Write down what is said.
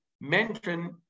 mention